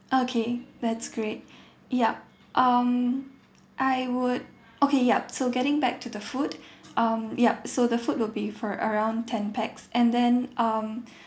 okay that's great yup um I would okay yup so getting back to the food um yup so the food will be for around ten pax and then um